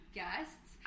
guests